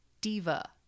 diva